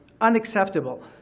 unacceptable